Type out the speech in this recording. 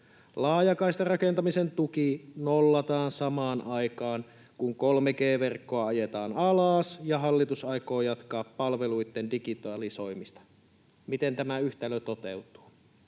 Laajakaistarakentamisen tuki nollataan samaan aikaan, kun 3G-verkkoa ajetaan alas ja hallitus aikoo jatkaa palveluitten digitalisoimista. Miten tämä yhtälö toteutuu?